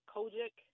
Kojic